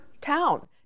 town